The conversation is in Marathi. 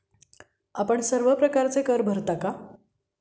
आपण सर्व प्रकारचे कर भरता का?